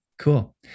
Cool